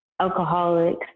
alcoholics